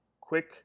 quick